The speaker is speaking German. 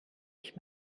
ich